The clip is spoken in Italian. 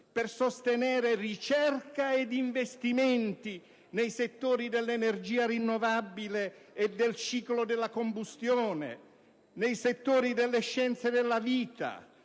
per sostenere ricerca ed investimenti nei settori dell'energia rinnovabile e del ciclo della combustione, delle scienze della vita,